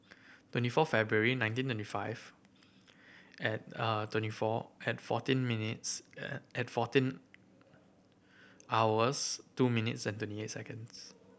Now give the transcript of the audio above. twenty four February nineteen ninety five twenty four and fourteen minutes fourteen hours two minutes and twenty eight seconds